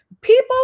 People